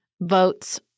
votes